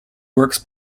works